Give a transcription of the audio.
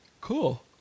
Cool